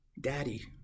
daddy